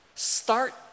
Start